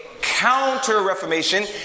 counter-reformation